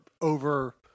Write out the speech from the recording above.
over